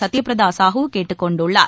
சத்யபிரத சாஹூ கேட்டுக் கொண்டுள்ளார்